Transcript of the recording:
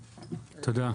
תודה.